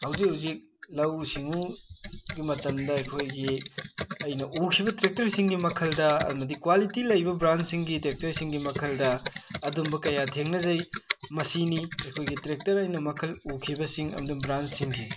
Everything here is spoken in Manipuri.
ꯍꯧꯖꯤꯛ ꯍꯧꯖꯤꯛ ꯂꯧꯋꯨ ꯁꯤꯡꯉꯨꯒꯤ ꯃꯇꯝꯗ ꯑꯩꯈꯣꯏꯒꯤ ꯑꯩꯅ ꯎꯈꯤꯕ ꯇ꯭ꯔꯦꯛꯇꯔꯁꯤꯡꯒꯤ ꯃꯈꯜꯗ ꯑꯃꯗꯤ ꯀ꯭ꯋꯥꯂꯤꯇꯤ ꯂꯩꯕ ꯕ꯭ꯔꯥꯟꯁꯤꯡꯒꯤ ꯇꯦꯛꯇꯔꯁꯤꯡꯒꯤ ꯃꯈꯜꯗ ꯑꯗꯨꯝꯕ ꯀꯌꯥ ꯊꯦꯡꯅꯖꯩ ꯃꯁꯤꯅꯤ ꯑꯩꯈꯣꯏꯒꯤ ꯇ꯭ꯔꯦꯛꯇꯔ ꯑꯩꯅ ꯃꯈꯜ ꯎꯈꯤꯕꯁꯤꯡ ꯑꯝꯗꯤ ꯕ꯭ꯔꯥꯟꯁꯤꯡꯒꯤ